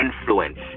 influence